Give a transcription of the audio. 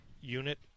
unit